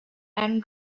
and